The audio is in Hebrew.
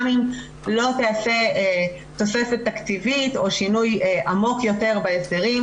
גם אם לא תיעשה תוספת תקציבית או שינוי עמוק יותר בהסדרים,